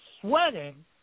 sweating